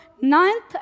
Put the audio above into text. ninth